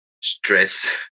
stress